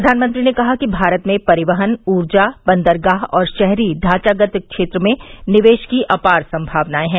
प्रधानमंत्री ने कहा कि भारत में परिवहन ऊर्जा बंदरगाह और शहरी ढांचागत क्षेत्र में निवेश की अपार संभावनाएं हैं